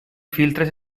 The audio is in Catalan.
filtres